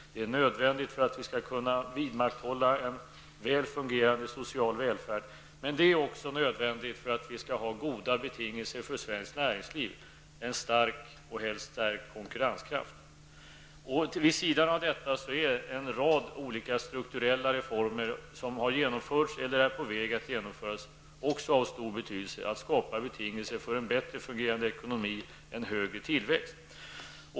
Det är nödvändigt för att vi skall kunna vidmakthålla en väl fungerande social välfärd. Men det är också nödvändigt för att vi skall ha goda betingelser för svenskt näringsliv, dvs. en stark och helst stärkt konkurrenskraft. Vid sidan av detta finns en rad strukturella reformer som har genomförts eller är på väg att genomföras. Det är också av stor betydelse för att skapa betingelser för en bättre fungerande ekonomi och högre tillväxt.